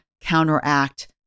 counteract